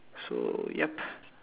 so yep